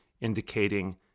indicating